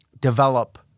develop